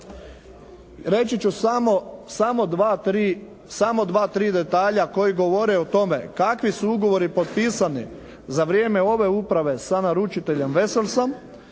reći ću samo dva, tri detalja koji govore o tome kakvi su ugovori potpisani za vrijeme ove uprave sa naručiteljem "Veselsom",